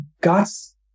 God's